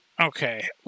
Okay